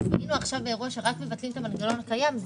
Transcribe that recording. אם היינו עכשיו באירוע שרק מבטלים את המנגנון הקיים,